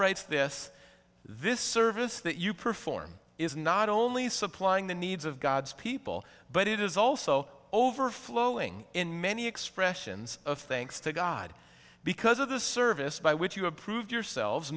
writes this this service that you perform is not only supplying the needs of god's people but it is also overflowing in many expressions of thinks to god because of the service by which you have proved yourselves